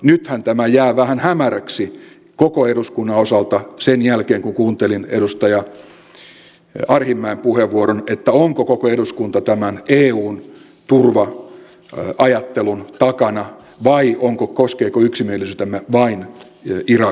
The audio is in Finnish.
nythän jää vähän hämäräksi koko eduskunnan osalta sen jälkeen kun kuuntelin edustaja arhinmäen puheenvuoron että onko koko eduskunta tämän eun turva ajattelun takana vai koskeeko yksimielisyytemme vain irak operaatiota